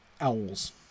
owls